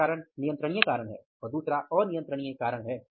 पहला कारण नियंत्रणीय कारण हैं और दूसरा अनियंत्रणीय कारण हैं